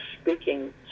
speaking